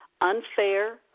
unfair